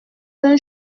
d’un